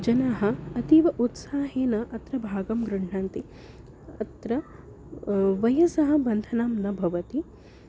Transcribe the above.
जनाः अतीव उत्साहेन अत्र भागं गृह्णन्ति अत्र वयसः बन्धनं न भवति